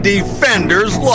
Defenders